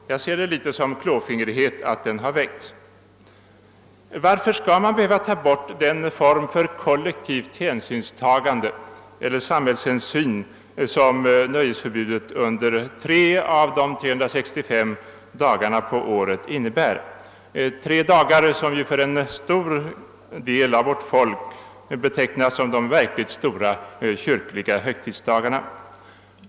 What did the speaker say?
Jag betraktar det som ett utslag av klåfingrighet att motionen väckts. Varför skall man behöva ta bort den form av kollektivt hänsynstagande eller samhällshänsyn som nöjesförbudet under tre av årets 365 dagar innebär? Det är tre dagar, som av en stor del av vårt folk betraktas som de verkligt stora kyrkliga högtidsdagarna.